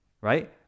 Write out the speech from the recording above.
right